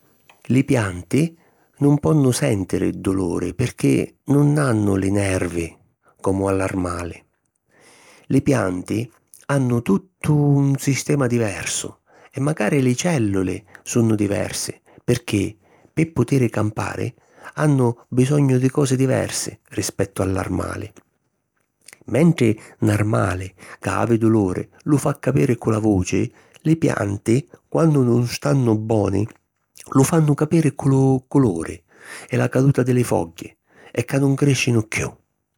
Li pianti nun ponnu sèntiri duluri pirchì nun hannu li nervi comu a l'armali. Li pianti hannu tuttu un sistema diversu e macari li cèlluli sunnu diversi pirchì pi putiri campari hannu bisognu di cosi diversi rispettu a l’armali. Mentri 'n armalu ca havi duluri lu fa capiri cu la vuci, li pianti quannu nun stannu boni lu fannu capiri cu lu culuri e la caduta di li fogghi e ca nun crìscinu chiù.